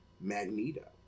Magneto